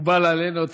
מקובל עלינו.